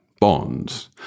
bonds